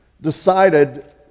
decided